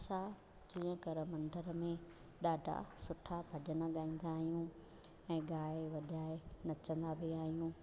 असां जीअं घर मंदर में ॾाढा सुठा भॼन ॻाईंदा आहियूं ऐं ॻाए वॼाए नचंदा बि आहियूं